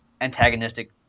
antagonistic